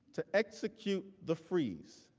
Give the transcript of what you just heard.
to execute the freeze